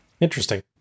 Interesting